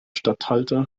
statthalter